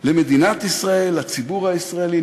למדינת ישראל, לציבור הישראלי.